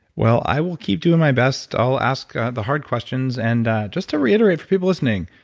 well, i will keep doing my best. i'll ask the hard questions, and just to reiterate for people listening.